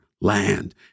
land